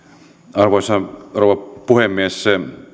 arvoisa rouva puhemies